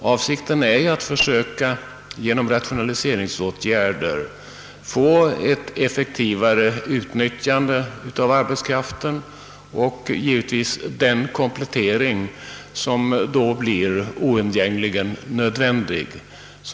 Avsikten är att genom rationaliseringsåtgärder försöka utnyttja arbetskraften effektivare, givetvis med den komplettering av personalen som visar sig nödvändig.